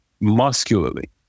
muscularly